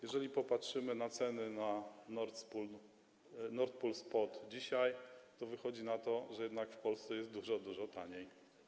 Jeżeli popatrzymy na ceny na Nord Pool Spot dzisiaj, to wychodzi na to, że jednak w Polsce jest dużo, dużo taniej.